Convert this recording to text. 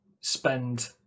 spend